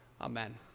Amen